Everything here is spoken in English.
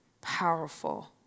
powerful